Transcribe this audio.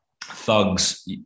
thugs